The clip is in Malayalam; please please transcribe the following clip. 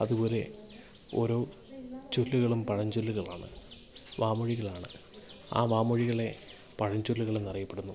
അതുപോലെ ഓരോ ചൊല്ലുകളും പഴഞ്ചൊല്ലുകളാണ് വാമൊഴികളാണ് ആ വാമൊഴികളെ പഴഞ്ചൊല്ലുകളെന്നറിയപ്പെടുന്നു